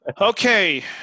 Okay